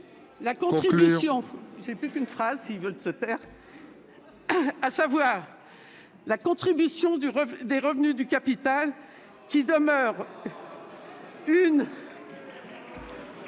la contribution des revenus du capital, qui demeure l'une